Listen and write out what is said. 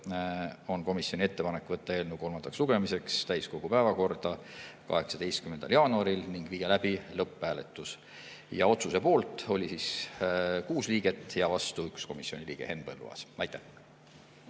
on komisjoni ettepanek võtta eelnõu kolmandaks lugemiseks täiskogu päevakorda 18. jaanuaril ning viia läbi lõpphääletus. Otsuse poolt oli 6 liiget ja vastu 1 komisjoni liige, Henn Põlluaas. Aitäh!